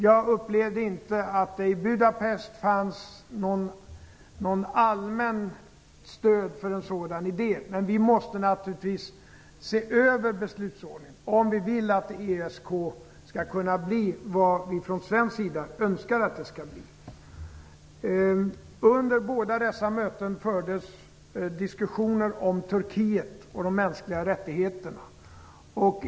Jag upplevde inte att det i Budapest fanns något allmänt stöd för en sådan idé, men vi måste naturligtvis se över beslutsordningen om vi vill att ESK skall kunna bli vad vi från svensk sida önskar att det skall bli. Under båda dessa möten fördes diskussioner om Turkiet och de mänskliga rättigheterna.